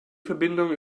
verbindung